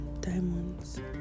Diamonds